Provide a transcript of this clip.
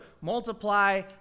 multiply